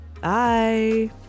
bye